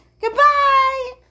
goodbye